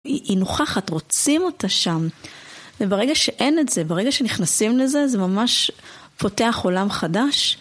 היא נוכחת, רוצים אותה שם. וברגע שאין את זה, ברגע שנכנסים לזה, זה ממש פותח עולם חדש